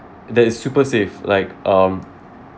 that is super safe like um